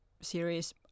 series